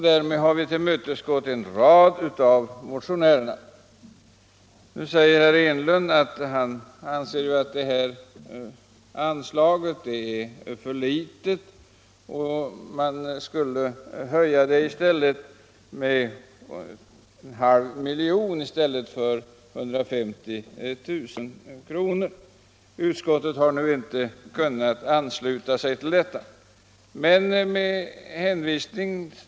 Därmed har vi tillmötesgått flera av motionärerna. Nu säger herr Enlund att detta anslag är för litet och att man skulle höja det med en halv miljon i stället för med 150 000 kr. Utskottet har inte kunnat ansluta sig till detta förslag.